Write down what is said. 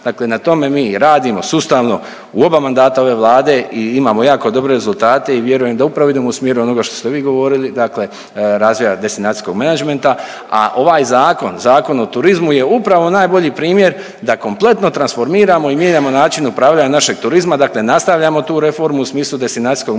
Dakle na tome mi radimo sustavno, u oba mandata ove Vlade i imamo jako dobre rezultate i vjerujem da upravo idemo u smjeru onoga što ste vi govorili, dakle razvoja destinacijskog menadžmenta, a ovaj Zakon, Zakon o turizmu je upravo najbolji primjer da kompletno transformiramo i mijenjamo način upravljanja našeg turizma, dakle nastavljamo tu reformu u smislu destinacijskog menadžmenta